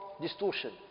distortion